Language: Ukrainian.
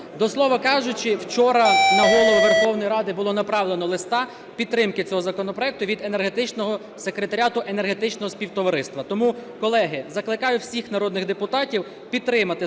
До слова кажучи, вчора на Голову Верховної Ради було направлено листа підтримки цього законопроекту від Секретаріату Енергетичного Співтовариства. Тому, колеги, закликаю всіх народних депутатів підтримати законопроект